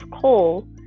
coal